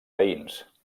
veïns